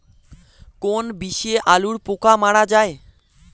কোন বিষে আলুর পোকা মারা যায়?